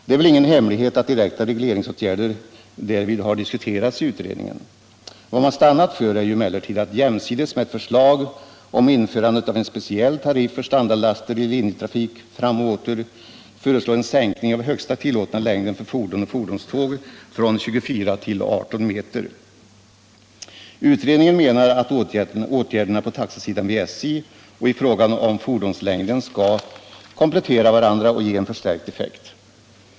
Det är väl ingen hemlighet att direkta regleringsåtgärder därvid har diskuterats i utredningen. Vad man stannat för är emellertid att jämsides med ett förslag om införande av en speciell tariff för standardlaster i linjetrafik — fram och åter — föreslå en sänkning av högsta tillåtna längden för fordon och fordonståg från 24 till 18 meter. Utredningen menar att åtgärderna på taxesidan vid SJ och i fråga om fordonslängden skall komplettera varandra och ge en förstärkt effekt.